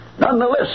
Nonetheless